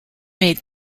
made